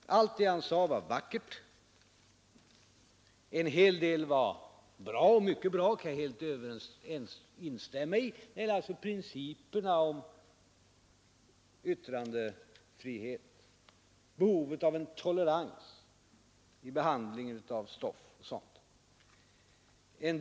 Allt det han sade var vackert. En hel del kan jag till fullo instämma i, t.ex. principerna för yttrandefriheten, behovet av tolerans när det gäller behandlingen av stoff o. d.